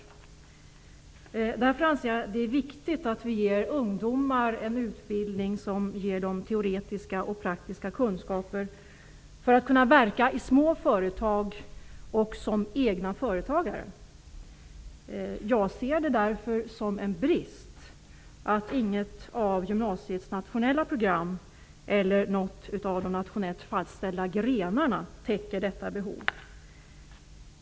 Jag anser därför att det är viktigt att vi ger ungdomar en utbildning som ger dem teoretiska och praktiska kunskaper för att kunna verka i småföretag och som egna företagare. Jag ser det som en brist att inte något av gymnasiets nationella program eller någon av de nationellt fastställda grenarna täcker detta behov.